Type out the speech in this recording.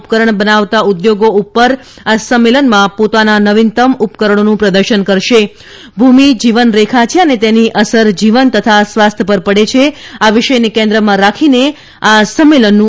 ઉપકરણ બનાવતા ઉદ્યોગો ઉપર આ સંમેલનમાં પોતાના નવીનત્તમ ઉપકરણોનું પ્રદર્શન કરશે રેખા છે અને તેની અસર જીવન તથા સ્વાસ્થ્ય પર પડે છેઆ વિષયને કેન્દ્રમાં રાખીને આ સંમેલનનું